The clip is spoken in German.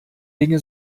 dinge